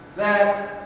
that